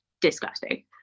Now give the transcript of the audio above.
disgusting